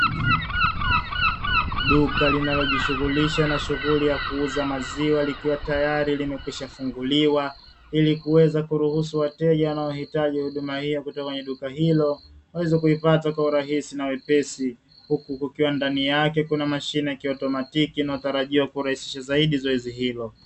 Duka linalojishughulisha na shughuli ya kuuza maziwa likiwa tayari limekwishafunguliwa, ili kuweza kuruhusu wateja wanaohitaji huduma hiyo kutoka kwenye duka hilo waweze kuipata kwa urahisi na wepesi, huku kukiwa ndani yake kuna mashine ya kiautomatiki inayotarajiwa kurahisisha zaidi zoezi hilo.